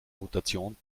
mutation